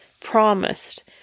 promised